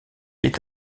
est